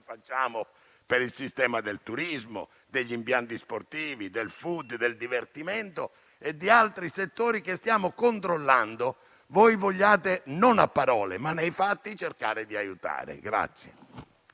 facciamo per il sistema del turismo, degli impianti sportivi, del *food*, del divertimento e di altri settori che stiamo controllando. Voi vogliate non a parole, ma nei fatti, cercare di aiutare.